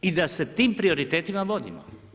I da se tim prioritetima vodimo.